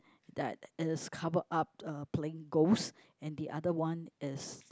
that is covered up uh playing ghost and the other one is